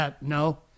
No